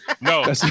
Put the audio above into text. no